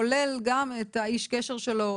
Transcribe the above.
כולל גם את איש הקשר שלו,